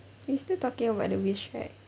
we're still talking about the wish right